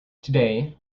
today